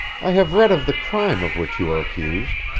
i have read of the crime of which you are accused.